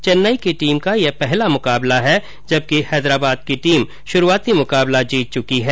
चेन्नई की टीम का यह पहला मुकाबला है जबकि हैदराबाद की टीम शुरूआती मुकाबला जीत चुकी है